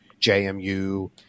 JMU